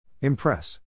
Impress